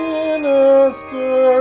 minister